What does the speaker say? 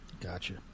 Gotcha